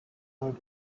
third